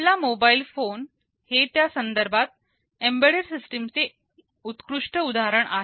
आपला mobile phone हे त्या संदर्भात एम्बेडेड सिस्टीम चे उत्कृष्ट उदाहरण आहे